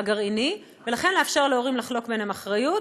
הגרעיני, ולכן לאפשר להורים לחלוק ביניהם אחריות.